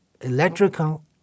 electrical